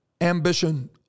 ambition